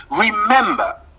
remember